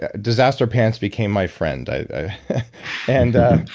ah disaster pants became my friend. i and